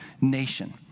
nation